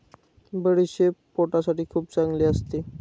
बडीशेप पोटासाठी खूप चांगली असते